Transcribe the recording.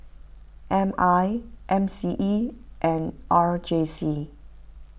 M I M C E and R J C